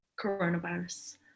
coronavirus